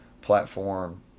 platform